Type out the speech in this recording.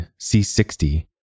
C60